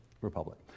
Republic